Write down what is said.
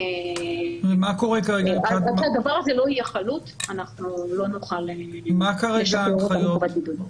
עד שהדבר הזה לא יהיה חלוט אנחנו לא נוכל לשחרר אותם מחובת בידוד.